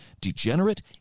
degenerate